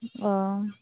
ᱚᱻ